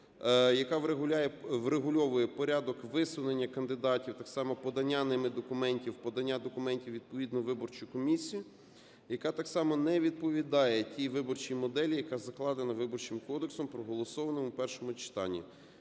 яка врегульовує порядок висунення кандидатів, так само подання ними документів, подання документів у відповідну виборчу комісію, яка так само не відповідає тій виборчій моделі, яка закладена Виборчим кодексом, проголосованим у першому читанні.